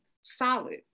solid